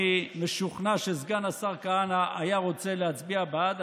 אני משוכנע שסגן השר כהנא היה רוצה להצביע בעד.